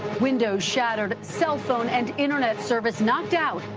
windows shattered, cell phone and internet service knocked out,